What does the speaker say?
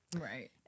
right